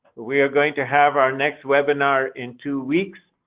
we are going to have our next webinar in two weeks.